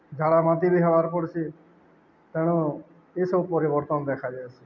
ଝାଡ଼ା ବାନ୍ତି ବି ହେବାର୍ ପଡ଼୍ସି ତେଣୁ ଏସବୁ ପରିବର୍ତ୍ତନ୍ ଦେଖାଯାଏସି